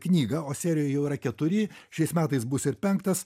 knygą o serijoj jau yra keturi šiais metais bus ir penktas